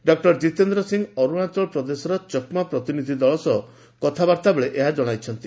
doctor Jitendra Singh Arunachal ପ୍ରଦେଶର ଚକ୍ମା ପ୍ରତିନିଧି ଦଳ ସହ କଥାବାର୍ତ୍ତା ବେଳେ ଏହା ଜଣାଇଛନ୍ତି